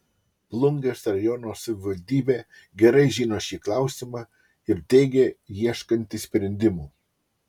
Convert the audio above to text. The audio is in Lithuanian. plungės rajono savivaldybė gerai žino šį klausimą ir teigia ieškanti sprendimų